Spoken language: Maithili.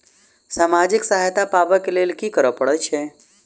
सामाजिक सहायता पाबै केँ लेल की करऽ पड़तै छी?